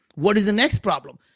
what is the next problem?